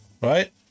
Right